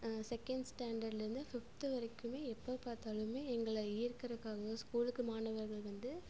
second ஸ்டாண்டடிலருந்து fifth வரைக்கும் எப்போ பார்த்தாலுமே எங்களை ஈர்க்குறதுக்காக ஸ்கூலுக்கு மாணவர்கள் வந்து